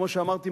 כמו שאמרתי,